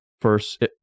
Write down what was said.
first